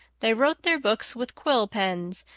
they wrote their books with quill pens,